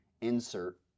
insert